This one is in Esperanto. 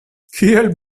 kiel